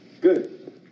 Good